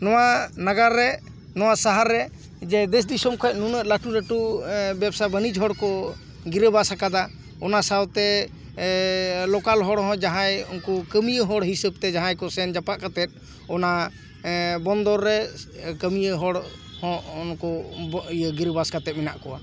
ᱱᱚᱣᱟ ᱱᱟᱜᱟᱨ ᱨᱮ ᱱᱚᱣᱟ ᱥᱟᱦᱟᱨ ᱨᱮ ᱡᱮ ᱫᱮᱥ ᱫᱤᱥᱚᱢ ᱠᱷᱚᱱ ᱱᱩᱱᱟᱹᱜ ᱞᱟᱴᱩ ᱞᱟᱴᱩ ᱵᱮᱵᱽᱥᱟ ᱵᱟᱱᱤᱡᱽ ᱦᱚᱲ ᱠᱚ ᱜᱤᱨᱟᱹᱵᱟᱥ ᱠᱟᱫᱟ ᱚᱱᱟ ᱥᱟᱶᱛᱮ ᱞᱳᱠᱟᱞ ᱦᱚᱲ ᱦᱚᱸ ᱡᱟᱦᱟᱸᱭ ᱩᱱᱠᱩ ᱠᱟᱹᱢᱤᱭᱟᱹ ᱦᱚᱲ ᱦᱤᱥᱟᱹᱵ ᱛᱮ ᱡᱟᱦᱟᱸᱭ ᱠᱚ ᱥᱮᱱ ᱡᱟᱯᱟᱜ ᱠᱟᱛᱮᱫ ᱚᱱᱟ ᱵᱚᱱᱫᱚᱨ ᱨᱮ ᱠᱟᱹᱢᱤᱭᱟᱹ ᱦᱚᱲ ᱦᱚᱸ ᱩᱱᱠᱩ ᱤᱭᱟᱹ ᱜᱤᱨᱟᱹ ᱵᱟᱥ ᱠᱟᱛᱮᱫ ᱢᱮᱱᱟᱜ ᱠᱚᱣᱟ